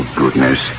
goodness